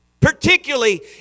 Particularly